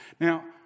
Now